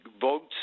votes